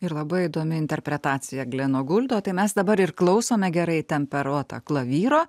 ir labai įdomi interpretacija gleno guldo tai mes dabar ir klausome gerai temperuoto klavyro